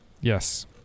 Yes